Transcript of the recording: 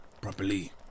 properly